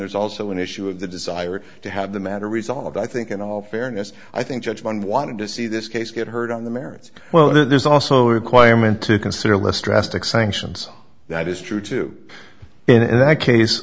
there's also an issue of the desire to have the matter resolved i think in all fairness i think judge one wanted to see this case get heard on the merits well there's also a requirement to consider less drastic sanctions that is true too in that case